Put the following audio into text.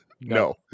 No